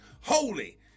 holy